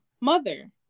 mother